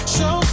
Show